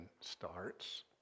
starts